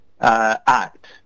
Act